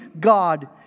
God